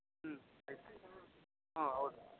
ಹ್ಞೂ ಆಯ್ತು ಆಯ್ತು ಹಾಂ ಹೌದು